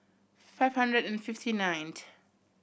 five hundred and fifty ninth